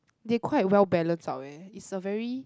they quite well balanced out eh is a very